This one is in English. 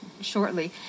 shortly